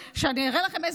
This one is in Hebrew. אני אקריא לכם מילה במילה,